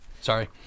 Sorry